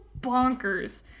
bonkers